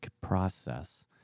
process